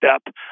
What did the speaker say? step